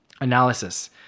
analysis